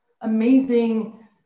amazing